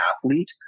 athlete